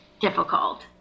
difficult